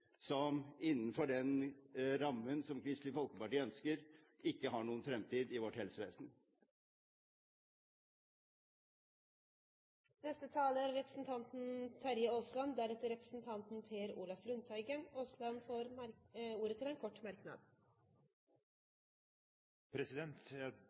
som innenfor den rammen som Kristelig Folkeparti ønsker, ikke har noen fremtid i vårt helsevesen. Representanten Terje Aasland har hatt ordet to ganger tidligere og får ordet til en kort merknad, begrenset til 1 minutt. Jeg